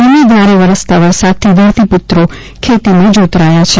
ધીમી ધારે વરસતા વરસાદથી ધરતી પુત્રો ખેતીમાં જોતરાયા છે